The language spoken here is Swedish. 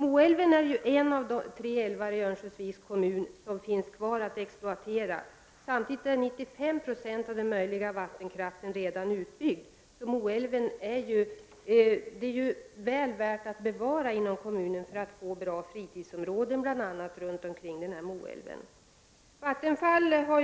Moälven är ju en av tre älvar i Örnsköldsviks kommun som inte är exploaterade, samtidigt som 95 96 av den utbyggbara vattenkraften redan är ut byggd. Moälven är väl värd att bevara inom kommunen, bl.a. på grund av de fina fritidsområden som finns runt omkring Moälven. Vattenfall har